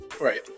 Right